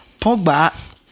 pogba